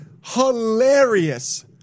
hilarious